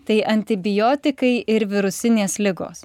tai antibiotikai ir virusinės ligos